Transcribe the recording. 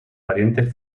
parientes